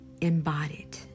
embodied